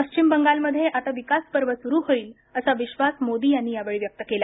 पश्चिम बंगालमध्ये आता विकास पर्व सुरू होईल असा विश्वास मोदी यांनी यावेळी व्यक्त केला